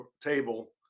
table